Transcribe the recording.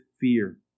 fear